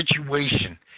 situation